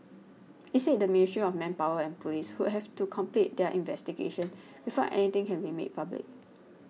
it said the Ministry of Manpower and police would have to complete their investigations before anything can be made public